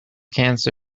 cancer